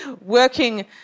working